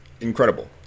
incredible